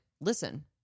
listen